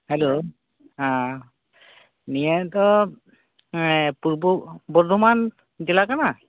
hello ᱟᱸ ᱱᱤᱭᱟ ᱫᱚ ᱮᱸ ᱯᱩᱨᱵᱚ ᱵᱚᱨᱫᱷᱚᱢᱟᱱ ᱡᱮᱞᱟ ᱠᱟᱱᱟ